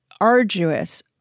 arduous